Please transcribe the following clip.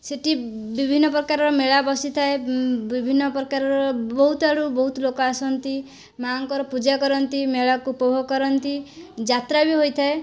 ସେଠି ବିଭିନ୍ନ ପ୍ରକାରର ମେଳା ବସିଥାଏ ବିଭିନ୍ନ ପ୍ରକାରର ବହୁତ ଆଡ଼ୁ ବହୁତ ଲୋକ ଆସନ୍ତି ମା'ଙ୍କର ପୂଜା କରନ୍ତି ମେଳାକୁ ଉପଭୋଗ କରନ୍ତି ଯାତ୍ରା ବି ହୋଇଥାଏ